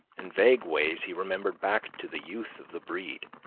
in vague ways he remembered back to the youth of the breed,